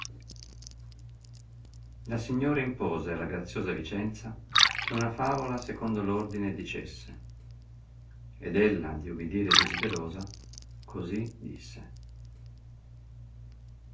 la signora impose alla graziosa vicenza che una favola secondo l ordine dicesse ed ella di ubidire desiderosa così disse